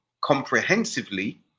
comprehensively